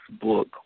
book